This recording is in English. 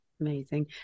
amazing